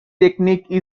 technique